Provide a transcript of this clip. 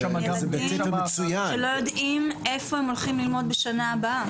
הם לא יודעים איפה הם הולכים ללמוד בשנה הבאה.